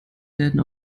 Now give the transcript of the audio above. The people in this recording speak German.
werden